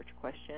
question